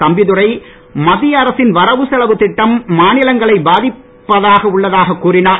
தம்பிதுரை மத்திய அரசின் வரவு செலவுத் திட்டம் மாநிலங்களை பாதிப்பதாக உள்ளது என்று கூறினார்